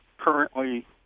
currently